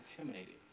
intimidated